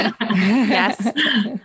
yes